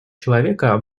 человека